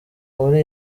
muri